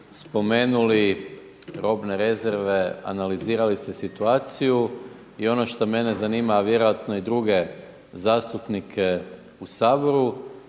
spomenuli robne rezerve, analizirali ste situaciju i ono što mene zanima, a vjerojatno i druge zastupnike u HS,